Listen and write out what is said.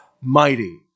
mighty